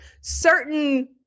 certain